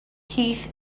heath